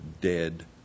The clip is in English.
dead